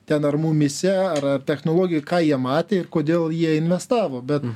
ten ar mumyse ar ar technologijoj ką jie matė ir kodėl jie investavo bet